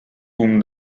whom